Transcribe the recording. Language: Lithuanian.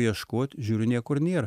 ieškot žiūriu niekur nėra